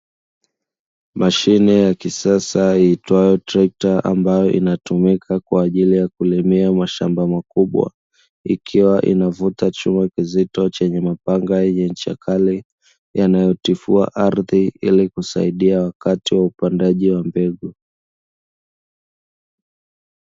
Mashine ya kisasa iitwayo trekta ambayo inatumika kwa ajili ya kulimia mashamba makubwa, ikiwa inavuta chuma kizito chenye mapanga yenye ncha kali yanayotifua ardhi ili kusaidia wakati wa upandaji wa mbegu.